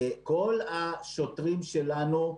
כל השוטרים שלנו,